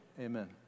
Amen